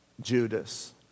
Judas